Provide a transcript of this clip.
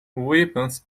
weapons